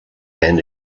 and